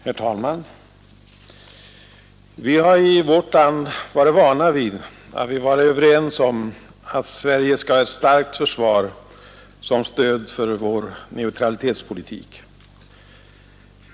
Herr talman! Vi har i vårt land varit vana vid att vi varit överens om att Sverige skall ha ett starkt försvar som stöd för vår neutralitetspolitik.